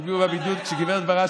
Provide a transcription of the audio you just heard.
אפשר שאלה יותר קלה?